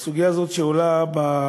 זה שהסוגיה הזאת עולה במליאה,